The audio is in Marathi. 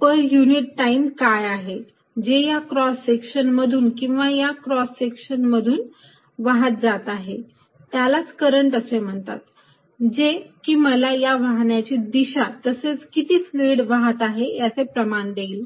पर युनिट टाईम काय आहे जे या क्रॉस सेक्शन मधून किंवा या क्रॉस सेक्शन मधून वाहत जात आहे त्यालाच करंट असे म्हणतात जे की मला या वाहण्याची दिशा तसेच किती फ्लुइड वाहत आहे याचे प्रमाण देईल